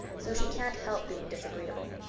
so she can't help being disagreeable.